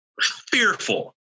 fearful